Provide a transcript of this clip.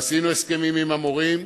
עשינו הסכמים עם המורים,